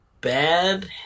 bad